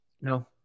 no